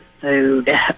food